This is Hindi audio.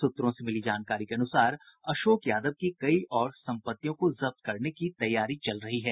सूत्रों से मिली जानकारी के अनुसार अशोक यादव की कई और सम्पत्तियों को जब्त करने की तैयारी चल रही है